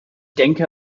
denke